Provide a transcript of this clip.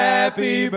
Happy